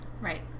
Right